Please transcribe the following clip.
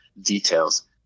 details